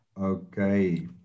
Okay